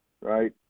right